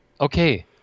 Okay